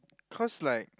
cause like